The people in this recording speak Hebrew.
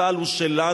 צה"ל הוא שלנו,